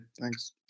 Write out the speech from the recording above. thanks